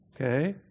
okay